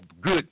good